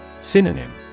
Synonym